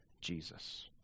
Jesus